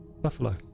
Buffalo